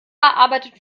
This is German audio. arbeitet